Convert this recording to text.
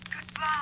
goodbye